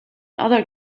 other